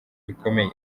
bikomeye